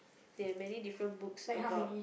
he have many different books about